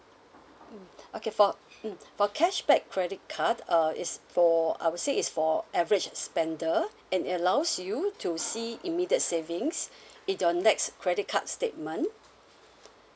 mm okay for mm for cashback credit card uh is for I would say is for average spender and allows you to see immediate savings in your next credit card statement